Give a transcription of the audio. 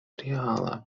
reala